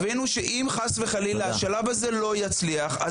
תבינו שאם חס וחלילה השלב הזה לא יצליח,